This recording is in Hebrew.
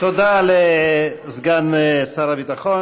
תודה לסגן שר הביטחון.